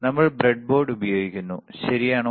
നമ്മൾ ബ്രെഡ്ബോർഡ് ഉപയോഗിക്കുന്നു ശരിയാണോ